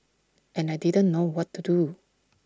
and I didn't know what to do